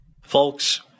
Folks